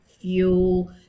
fuel